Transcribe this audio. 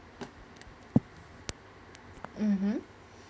mmhmm